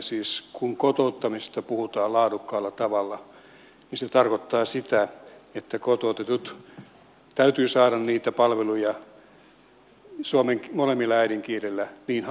siis kun puhutaan kotouttamisesta laadukkaalla tavalla niin se tarkoittaa sitä että kotoutettujen täytyy saada niitä palveluja molemmilla äidinkielillä niin halutessaan